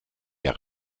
der